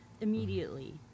immediately